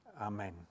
amen